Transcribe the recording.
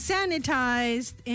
Sanitized